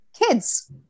kids